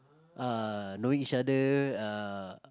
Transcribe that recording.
ah know each other ah